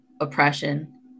oppression